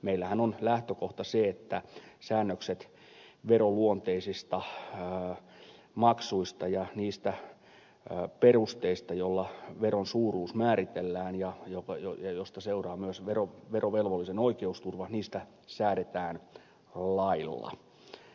meillähän on lähtökohta se että säännökset veronluonteisista maksuista ja niistä perusteista joilla veron suuruus määritellään ja joista seuraa myös verovelvollisen oikeusturva säädetään lailla